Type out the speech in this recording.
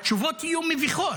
התשובות יהיו מביכות.